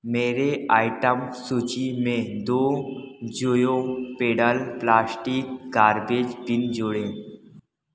मेरे आइटम सूची में दो Joyo pedal plastic garbage bin जोड़ें